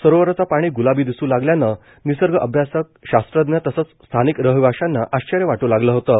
सरोवरचं पाणी ग्लाबी दिसू लागल्यानं निसर्गअभ्यासक शास्त्रज्ञ तसंच स्थानिक रहिवाशांना आश्चर्य वाट् लागलं होतं